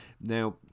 Now